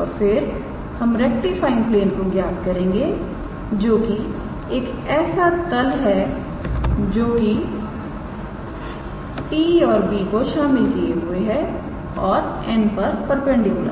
और फिर हम रेक्टिफाइंग प्लेन को ज्ञात करेंगे जोकि एक ऐसा तल है जो कि 𝑡̂ और 𝑏̂ को शामिल किए हुए हैं और 𝑛̂ पर परपेंडिकुलर है